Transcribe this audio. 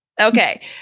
Okay